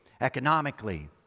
economically